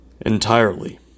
entirely